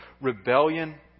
rebellion